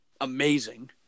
amazing